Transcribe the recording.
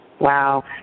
Wow